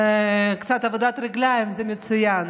קצת עבודת רגליים, זה מצוין.